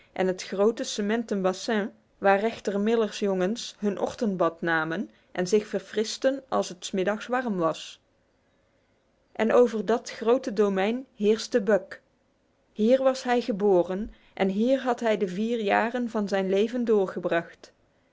en het grote cementen bassin waar rechter miller's jongens hun ochtendbad namen en zich verfristen als het s middags warm was en over dat grote domein heerste buck hier was hij geboren en hier had hij de vier jaren van zijn leven doorgebracht